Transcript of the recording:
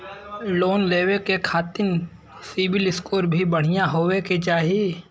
Loan लेवे के खातिन सिविल स्कोर भी बढ़िया होवें के चाही?